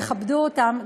תכבדו אותם,